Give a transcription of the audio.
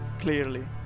clearly